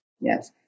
Yes